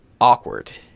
awkward